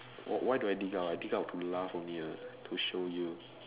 what what do I dig out I dig out to laugh only what to show you